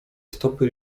stopy